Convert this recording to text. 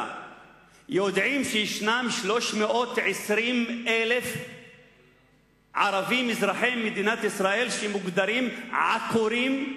יודעים שישנם 320,000 ערבים אזרחי מדינת ישראל שמוגדרים "עקורים"